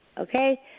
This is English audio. okay